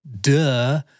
Duh